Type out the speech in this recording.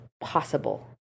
possible